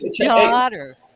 daughter